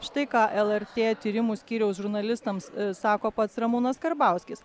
štai ką lrt tyrimų skyriaus žurnalistams sako pats ramūnas karbauskis